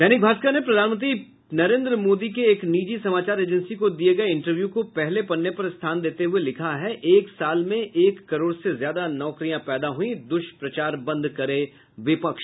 दैनिक भास्कर ने प्रधानमंत्री नरेन्द्र मोदी के एक निजी समाचार एजेंसी को दिये गये इंटरव्यू को पहले पन्ने पर स्थान देते हुए लिखा है एक साल में एक करोड़ से ज्यादा नौकरियां पैदा हुई दुष्प्रचार बंद करे विपक्ष